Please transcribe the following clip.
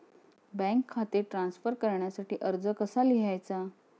Bank खाते transfer करण्यासाठी अर्ज कसा लिहायचा?